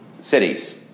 cities